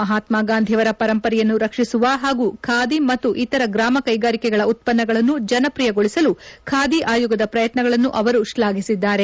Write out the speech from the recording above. ಮಪತ್ಮಗಾಂಧಿಯವರ ಪರಂಪರೆಯನ್ನು ಸಂರಕ್ಷಿಸುವ ಹಾಗೂ ಬಾದಿ ಮತ್ತು ಇತರ ಗೂಮ ಕೈಗಾರಿಕೆಗಳ ಉತ್ತನ್ನಗಳನ್ನು ಜನಪ್ರಿಯಗೊಳಿಸಲು ಬಾದಿ ಆಯೋಗದ ಪ್ರಯತ್ನಗಳನ್ನು ಅವರು ಶ್ಲಾಘಿಸಿದ್ದಾರೆ